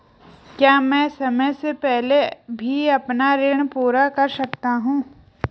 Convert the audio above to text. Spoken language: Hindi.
क्या मैं समय से पहले भी अपना ऋण पूरा कर सकता हूँ?